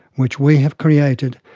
which we have created,